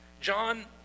John